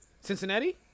Cincinnati